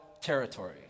territory